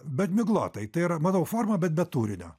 bet miglotai tai yra matau formą bet be turinio